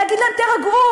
להגיד להם: תירגעו,